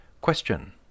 Question